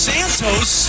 Santos